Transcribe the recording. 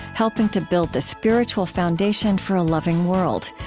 helping to build the spiritual foundation for a loving world.